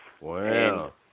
Wow